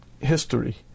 history